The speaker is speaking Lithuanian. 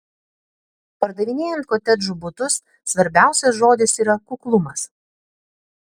pardavinėjant kotedžų butus svarbiausias žodis yra kuklumas